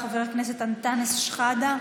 חבר הכנסת אנטאנס שחאדה.